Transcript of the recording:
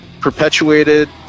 Perpetuated